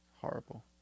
Horrible